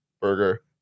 burger